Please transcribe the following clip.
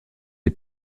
est